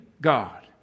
God